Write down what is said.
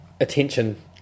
attention